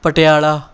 Patiala